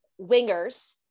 wingers